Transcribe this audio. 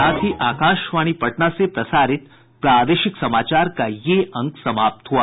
इसके साथ ही आकाशवाणी पटना से प्रसारित प्रादेशिक समाचार का ये अंक समाप्त हुआ